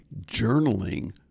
Journaling